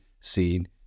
seen